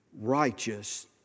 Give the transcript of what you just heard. righteous